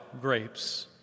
grapes